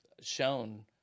shown